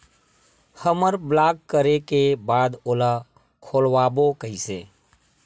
हमर ब्लॉक करे के बाद ओला खोलवाबो कइसे?